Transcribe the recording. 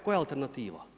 Koja je alternativa?